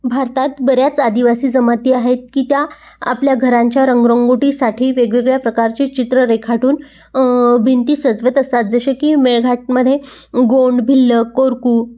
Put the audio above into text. भारतात बऱ्याच आदिवासी जमाती आहेत की त्या आपल्या घरांच्या रंगरंगोटीसाठी वेगवेगळ्या प्रकारचे चित्रं रेखाटून भिंती सजवत असतात जसे की मेळघाटमध्ये गोंड भिल्ल कोरकू